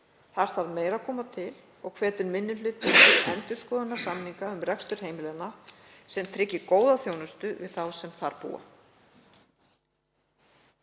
Þar þarf meira að koma til og hvetur minni hlutinn til endurskoðunar samninga um rekstur heimilanna sem tryggir góða þjónustu við þá sem þar búa.